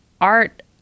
art